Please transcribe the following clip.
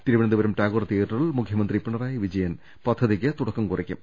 തിരുവനന്തപുരും ടാഗോർ തിയേ റ്ററിൽ മുഖ്യമന്ത്രി പിണറായി വിജയൻ പദ്ധതിക്ക് തുടക്കം കുറി ക്കും